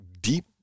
deep